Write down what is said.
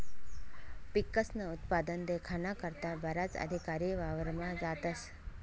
पिकस्नं उत्पादन देखाना करता बराच अधिकारी वावरमा जातस